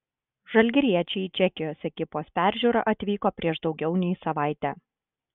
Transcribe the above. žalgiriečiai į čekijos ekipos peržiūrą atvyko prieš daugiau nei savaitę